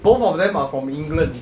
both of them are from england